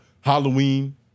Halloween